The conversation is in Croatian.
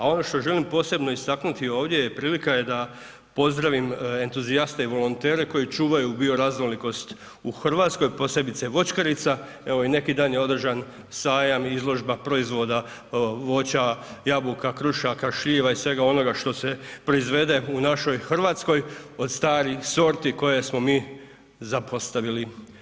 A ono što želim posebno istaknuti ovdje prilika je da pozdravim entuzijaste i volontere koji čuvaju bioraznolikost u Hrvatskoj, posebice voćkarica, evo i neki dan je održan sajam izložba proizvoda voća jabuka, krušaka, šljiva i svega onoga što se proizvede u našoj Hrvatskoj od starih sorti koje smo mi zapostavili.